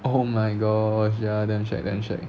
oh my gosh ya damn shag damn shag